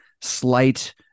slight